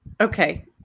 Okay